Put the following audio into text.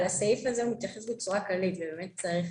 אבל הסעיף הזה מתייחס בצורה כללית וצריך